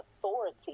authority